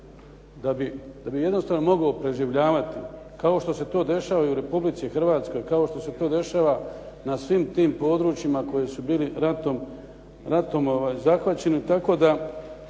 da bi jednostavno mogao preživljavati, kao što se to dešava i u Republici Hrvatskoj, kao što se to dešava na svim tim područjima koji su bili ratom zahvaćeni.